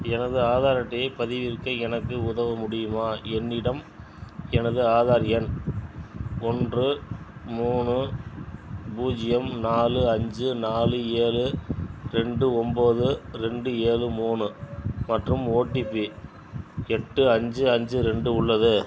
எனது ஆதார் அட்டையைப் பதிவிறக்க எனக்கு உதவ முடியுமா என்னிடம் எனது ஆதார் எண் ஒன்று மூணு பூஜ்யம் நாலு அஞ்சு நாலு ஏழு ரெண்டு ஒன்போது ரெண்டு ஏழு மூணு மற்றும் ஓடிபி எட்டு அஞ்சு அஞ்சு ரெண்டு உள்ளது